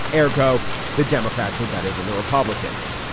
eriko the democrats were better than the republicans.